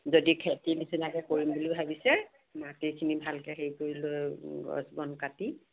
যদি খেতি নিচিনাকৈ কৰিম বুলি ভাবিছে মাটিখিনি ভালকৈ হেৰি কৰি লৈ গছ বন কাটি